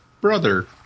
brother